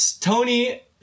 Tony